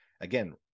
Again